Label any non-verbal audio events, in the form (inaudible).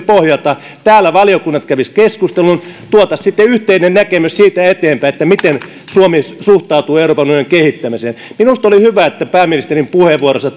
(unintelligible) pohjalta täällä valiokunnat kävisivät keskustelun tuotaisiin sitten yhteinen näkemys siitä eteenpäin miten suomi suhtautuu euroopan unionin kehittämiseen minusta oli hyvä että pääministerin puheenvuorossa (unintelligible)